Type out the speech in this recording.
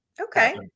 Okay